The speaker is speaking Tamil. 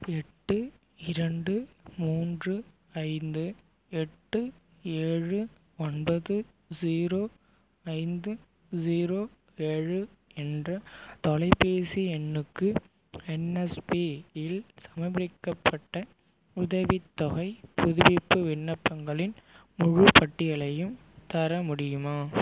எட்டு இரண்டு மூன்று ஐந்து எட்டு ஏழு ஒன்பது ஸீரோ ஐந்து ஸீரோ ஏழு என்ற தொலைப்பேசி எண்ணுக்கு என்எஸ்பி இல் சமர்ப்பிக்கப்பட்ட உதவித்தொகைப் புதுப்பிப்பு விண்ணப்பங்களின் முழுப்பட்டியலையும் தர முடியுமா